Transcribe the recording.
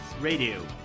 Radio